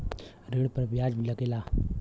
ऋण पर बियाज लगेला